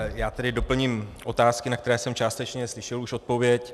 Já tedy doplním otázky, na které jsem částečně slyšel už odpověď.